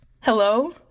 Hello